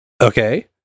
Okay